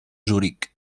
zuric